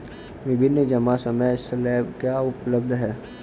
विभिन्न जमा समय स्लैब क्या उपलब्ध हैं?